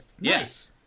Yes